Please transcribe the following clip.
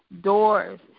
doors